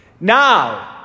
Now